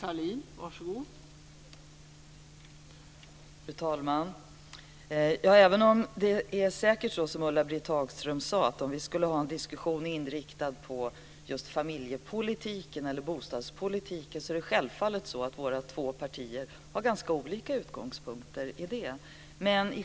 Fru talman! Det är säkert så som Ulla-Britt Hagström sade. Om vi skulle ha en diskussion inriktad på just familjepolitiken eller bostadspolitiken har våra två partier självfallet ganska olika utgångspunkter.